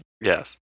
Yes